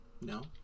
no